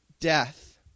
death